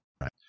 Right